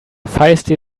feisty